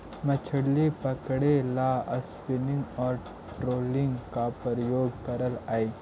मछली पकड़े ला स्पिनिंग और ट्रोलिंग का भी प्रयोग करल हई